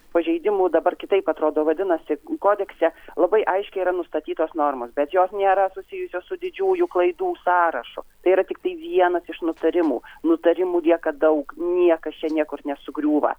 pažeidimų dabar kitaip atrodo vadinasi kodekse labai aiškiai yra nustatytos normos bet jos nėra susijusios su didžiųjų klaidų sąrašu tai yra tiktai vienas iš nutarimų nutarimų lieka daug niekas čia niekur nesugriūva